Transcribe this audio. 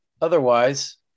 otherwise